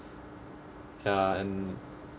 ya and